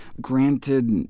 granted